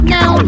Now